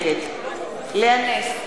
נגד לאה נס,